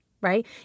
right